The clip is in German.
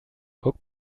guck